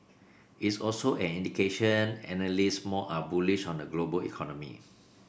it's also an indication analysts more are bullish on the global economy